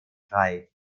frei